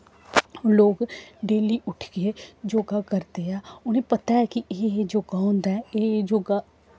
ओह् लोग डेली उट्ठियै योग करदे ऐ उ'नें पता ऐ कि एह् एह् योग होंदा ऐ एह् एह् योग